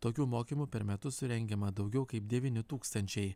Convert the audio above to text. tokių mokymų per metus surengiama daugiau kaip devyni tūkstančiai